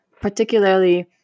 particularly